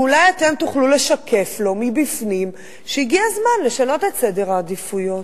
ואולי אתם תוכלו לשקף לו מבפנים שהגיע הזמן לשנות את סדר העדיפויות.